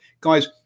Guys